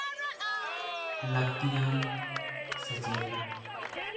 ᱞᱟ ᱠᱛᱭᱟᱱ ᱥᱮᱪᱮᱫ